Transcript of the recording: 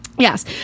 Yes